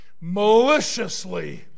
maliciously